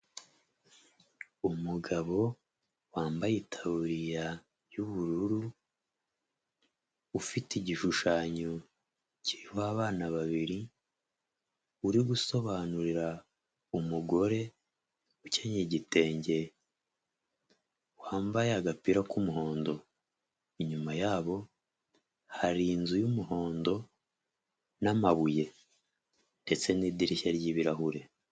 Umugabo wambaye itaburiya y'ubururu, ufite igishushanyo kiriho abana babiri, uri gusobanurira umugore ukennye igitenge, wambaye agapira k'umuhondo, inyuma yabo hari inzu y'umuhondo n'amabuye ndetse n'idirishya ry'ibirahure.